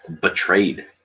betrayed